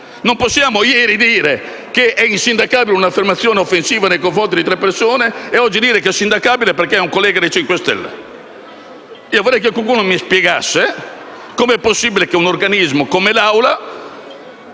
Non possiamo dire, ieri, che è insindacabile un'affermazione offensiva nei confronti di tre persone e dire, oggi, che è sindacabile perché riguarda un collega del Movimento 5 Stelle. Vorrei che qualcuno mi spiegasse come è possibile che un organismo come l'Assemblea